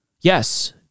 Yes